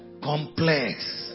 complex